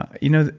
you know